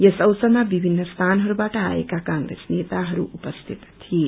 यस अवसरमा विभिन्न स्थानहरूबाट आएका कांप्रेस नेताहरू उपस्थित थिए